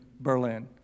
Berlin